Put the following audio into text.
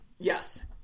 Yes